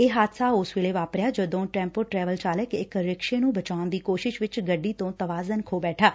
ਇਹ ਹਾਦਸਾ ਉਸ ਵੇਲੇ ਵਾਪਰਿਆ ਜਦੋ ਟੈਪੋ ਟਰੈਵਲ ਚਾਲਕ ਇਕ ਰਿਕਸ਼ੇ ਨੂੰ ਬਚਾਉਣ ਦੀ ਕੋਸ਼ਿਸ਼ ਵਿਚ ਗੱਡੀ ਤੋਂ ਤਵਾਜ਼ਨ ਖੋ ਬੈਠਾ